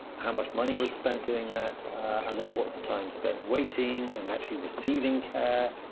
how much money was spent doing that? and then, what was the time spent waiting and actually receiving care?